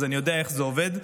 אז אני יודע איך זה עובד,